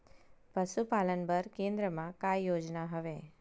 पशुपालन बर केन्द्र म का योजना हवे?